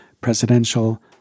presidential